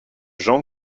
gens